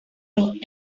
los